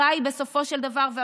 ובסופו של דבר המטרה היא,